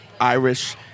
Irish